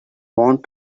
want